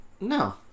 No